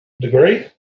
degree